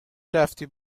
رفتی